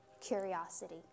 curiosity